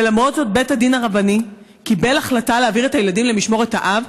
ולמרות זאת בית הדין הרבני קיבל החלטה להעביר את הילדים למשמורת האב.